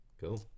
cool